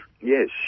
Yes